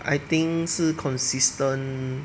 I think 是 consistent